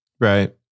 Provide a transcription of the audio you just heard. Right